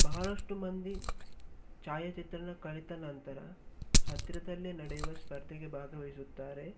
ಬಹಳಷ್ಟು ಮಂದಿ ಛಾಯಾಚಿತ್ರಣ ಕಲಿತ ನಂತರ ಹತ್ತಿರದಲ್ಲೇ ನಡೆಯುವ ಸ್ಪರ್ಧೆಗೆ ಭಾಗವಹಿಸುತ್ತಾರೆ